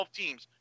teams